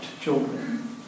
children